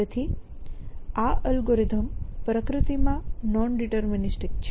તેથી આ એલ્ગોરિધમ પ્રકૃતિમાં નોનડિટરમિનીસ્ટિક છે